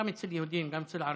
גם אצל יהודים וגם אצל ערבים,